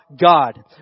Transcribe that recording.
God